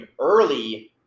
early